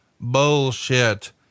bullshit